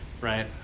Right